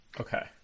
Okay